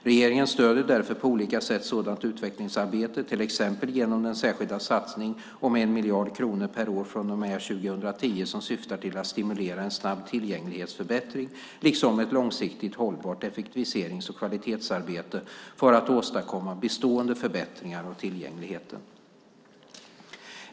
Regeringen stöder därför på olika sätt sådant utvecklingsarbete till exempel genom den särskilda satsning om 1 miljard kronor per år från och med 2010 som syftar till att stimulera en snabb tillgänglighetsförbättring liksom ett långsiktigt hållbart effektiviserings och kvalitetsarbete för att åstadkomma bestående förbättringar av tillgängligheten.